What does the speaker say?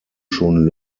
schon